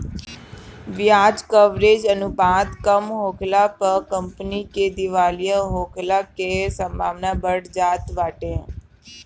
बियाज कवरेज अनुपात कम होखला पअ कंपनी के दिवालिया होखला के संभावना बढ़ जात बाटे